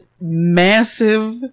massive